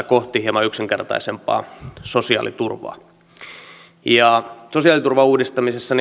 kohti hieman yksinkertaisempaa sosiaaliturvaa sosiaaliturvan uudistamisessa